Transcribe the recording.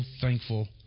thankful